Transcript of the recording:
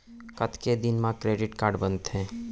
कतेक दिन मा क्रेडिट कारड बनते?